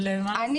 אבל מה